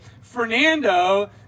Fernando